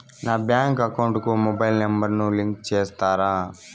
నా bank account కు mobile number ను లింకు చేస్తారా?